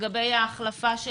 לגבי ההחלפה של